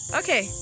okay